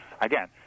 Again